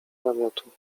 namiotu